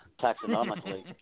taxonomically